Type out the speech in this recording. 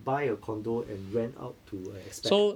buy a condo and rent out to a expat